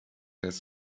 has